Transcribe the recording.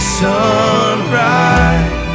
sunrise